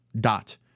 dot